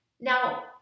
Now